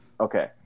Okay